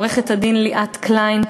לעורכת-הדין ליאת קליין,